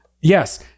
Yes